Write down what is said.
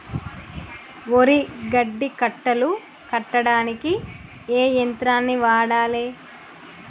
వరి గడ్డి కట్టలు కట్టడానికి ఏ యంత్రాన్ని వాడాలే?